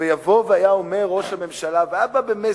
ואם הוא יבוא, ראש הממשלה, במסר: